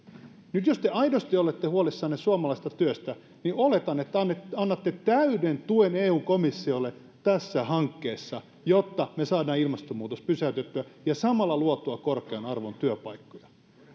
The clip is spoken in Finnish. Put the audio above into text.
nyt jos te aidosti olette huolissanne suomalaisesta työstä niin oletan että annatte täyden tuen eun komissiolle tässä hankkeessa jotta saadaan ilmastonmuutos pysäytettyä ja samalla luotua korkean arvon työpaikkoja